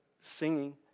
singing